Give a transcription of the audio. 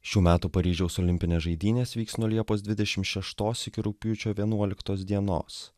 šių metų paryžiaus olimpinės žaidynės vyks nuo liepos dvidešimt šeštos iki rugpjūčio vienuoliktos dienos